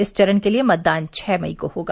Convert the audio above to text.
इस चरण के लिए मतदान छ मई को होगा